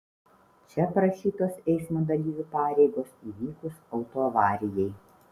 čia aprašytos eismo dalyvių pareigos įvykus autoavarijai